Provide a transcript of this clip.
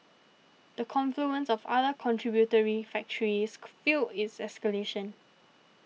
the confluence of other contributory factors fuelled its escalation